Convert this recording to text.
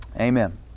Amen